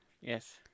Yes